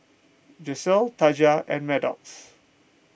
Gisselle Taja and Maddox